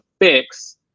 fix